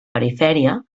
perifèria